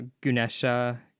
ganesha